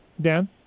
Dan